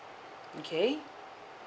okay